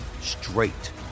straight